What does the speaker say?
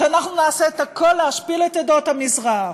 שאנחנו נעשה את הכול כדי להשפיל את עדות המזרח.